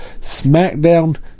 Smackdown